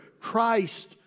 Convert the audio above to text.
Christ